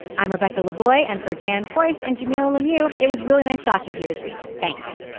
i'm rebecca lavoy and for dan points and jamilah lemieux. it was really nice talking to you this week. thanks